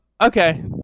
Okay